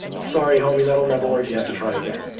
sorry, homie, that'll never work. you have to try again.